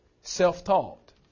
Self-taught